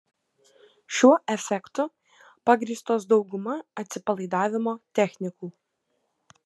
šiuo efektu pagrįstos dauguma atsipalaidavimo technikų